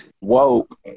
woke